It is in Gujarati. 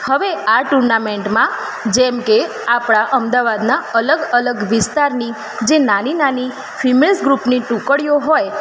હવે આ ટૂર્નમેંન્ટમાં જેમ કે આપણાં અમદાવાદના અલગ અલગ વિસ્તારની જે નાની નાની ફિમેલ્સ ગ્રૂપની ટુકડીઓ હોય